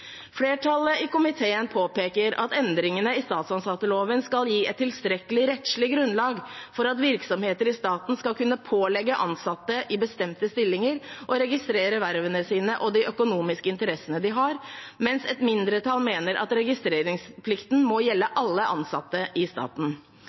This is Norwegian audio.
Flertallet i komiteen påpeker at endringene i statsansatteloven skal gi et tilstrekkelig rettslig grunnlag for at virksomheter i staten skal kunne pålegge ansatte i bestemte stillinger å registrere vervene sine og de økonomiske interessene de har, mens et mindretall mener at registreringsplikten må gjelde